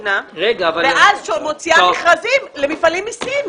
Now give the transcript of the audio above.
פינה ואז מוציאה מכרזים למפעלים עסקיים.